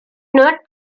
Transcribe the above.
not